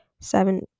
seven